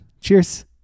Cheers